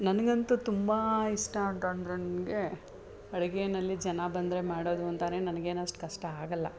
ನನಗಂತೂ ತುಂಬ ಇಷ್ಟ ಅಂತ ಅಂದ್ರೆ ನನಗೆ ಅಡುಗೆನಲ್ಲಿ ಜನ ಬಂದರೆ ಮಾಡೋದು ಅಂತಾರೆ ನನ್ಗೇನು ಅಷ್ಟು ಕಷ್ಟ ಆಗೋಲ್ಲ